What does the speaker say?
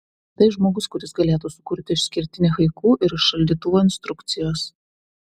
tai žmogus kuris galėtų sukurti išskirtinį haiku ir iš šaldytuvo instrukcijos